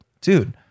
dude